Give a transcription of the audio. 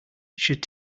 should